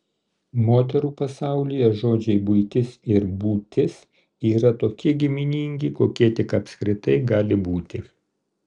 moterų pasaulyje žodžiai buitis ir būtis yra tokie giminingi kokie tik apskritai gali būti